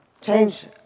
change